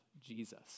Jesus